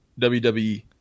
WWE